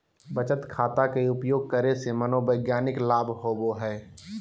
बचत खाता के उपयोग करे से मनोवैज्ञानिक लाभ होबो हइ